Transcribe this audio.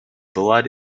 blood